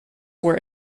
were